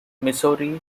missouri